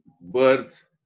birth